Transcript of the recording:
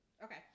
Okay